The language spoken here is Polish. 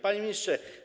Panie Ministrze!